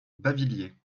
bavilliers